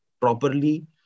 properly